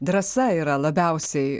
drąsa yra labiausiai